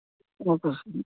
okay sir